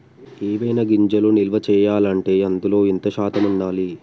ఏవైనా గింజలు నిల్వ చేయాలంటే అందులో ఎంత శాతం ఉండాలి?